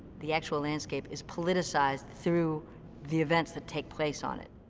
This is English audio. the actual landscape is politicized through the events that take place on it.